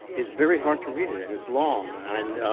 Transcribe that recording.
it's very hard to read it, and it's long. and